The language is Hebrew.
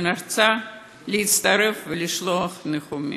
אני רוצה להצטרף ולשלוח ניחומים.